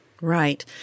Right